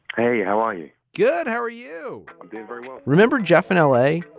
hey, yeah how are you? good. how are you? i'm doing very well remember jeff in l a?